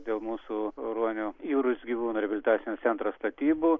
dėl mūsų ruonių jūros gyvūnų reabilitacinio centro statybų